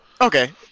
Okay